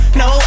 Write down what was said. no